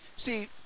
See